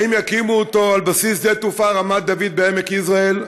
האם יקימו אותו על בסיס שדה תעופה רמת דוד בעמק יזרעאל,